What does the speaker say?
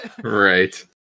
Right